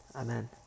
Amen